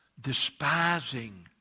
despising